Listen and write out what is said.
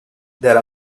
there